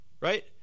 right